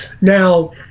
Now